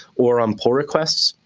or um pull requests.